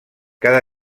cada